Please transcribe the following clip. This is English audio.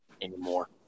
anymore